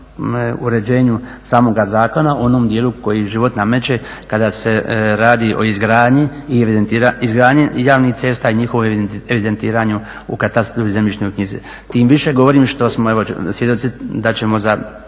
uređenju samoga zakona u onom dijelu koji život nameče kada se radi o izgradnji javnih cesta i njihovom evidentiranju u katastru i zemljišnoj knjizi. Tim više govorim što smo evo da ćemo za